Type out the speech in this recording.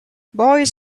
boys